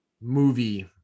movie